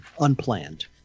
Unplanned